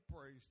praise